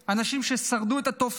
אנשים ששרדו את התופת,